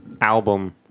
album